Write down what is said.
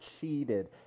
cheated